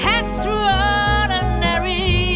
extraordinary